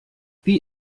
wie